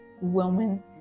woman